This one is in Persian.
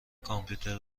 کامپیوتر